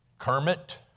Kermit